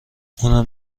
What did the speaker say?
اونم